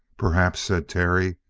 perhaps, said terry.